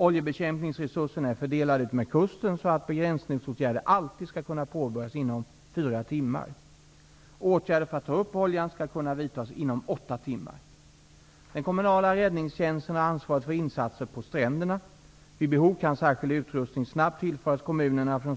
Oljebekämpningsresurserna är fördelade utmed kusten så att begränsningsåtgärder alltid skall kunna påbörjas inom fyra timmar. Åtgärder för att ta upp oljan skall kunna vidtas inom åtta timmar. Den kommunala räddningstjänsten har ansvaret för insatser på stränderna. Vid behov kan särskild utrustning snabbt tillföras kommunerna från